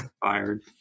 Fired